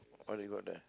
what you got there